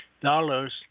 dollars